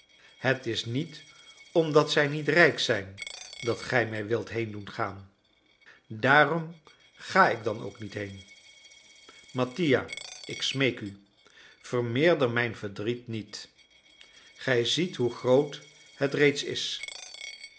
het is niet omdat zij niet rijk zijn dat gij mij wilt heen doen gaan daarom ga ik dan ook niet heen mattia ik smeek u vermeerder mijn verdriet niet gij ziet hoe groot het reeds is